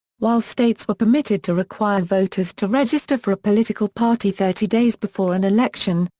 while states were permitted to require voters to register for a political party thirty days before an election,